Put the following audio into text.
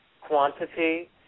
quantity